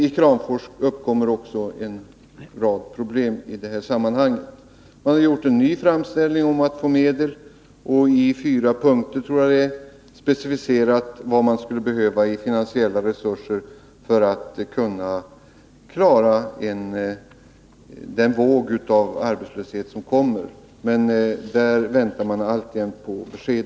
I Kramfors uppkommer också en rad problem i detta sammanhang, Man har gjort en ny framställning om att få medel, och i fyra punkter, tror jag, specificerar man vad som skulle behövas i form av finansiella resurser för ätt man skäll kunna klara den våg av arbetslöshet som kommer. Där väntar man alltjämt på besked.